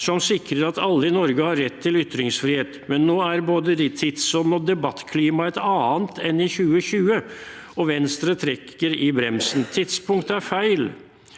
som sikrer at alle i Norge har rett til ytringsfrihet. Men nå er både tidsånden og debattklimaet et annet enn i 2020, og Venstre trekker i bremsen. – Tidspunktet er feil.